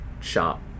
Shop